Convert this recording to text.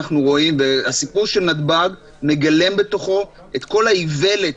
הסיפור של נתב"ג מגלם בתוכו את כל האיוולת,